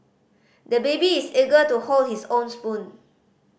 the baby is eager to hold his own spoon